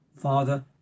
Father